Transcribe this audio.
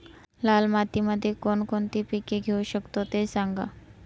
लाल मातीमध्ये कोणकोणती पिके घेऊ शकतो, ते सांगा